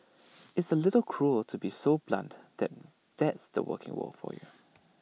it's A little cruel to be so blunt that's the working world for you